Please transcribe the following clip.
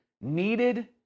needed